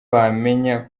wamenya